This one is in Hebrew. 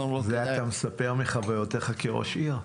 --- זה אתה מספר מחוויותיך כראש עיר?